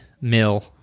mill